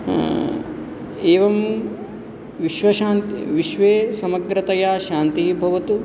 एवं विश्वशान्त् विश्वे समग्रतया शान्तिः भवतु